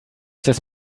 des